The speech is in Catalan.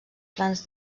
plans